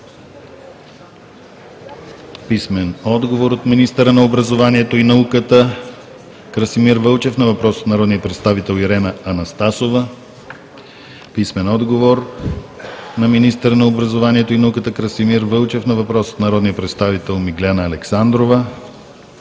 Иванов; - министъра на образованието и науката Красимир Вълчев на въпрос от народния представител Ирена Анастасова; - министъра на образованието и науката Красимир Вълчев на въпрос от народния представител Миглена Александрова;